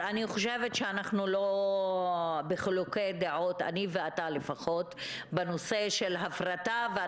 אני חושבת שאנחנו לא בחילוקי דעות בנושא של הפרטה אתה ואני,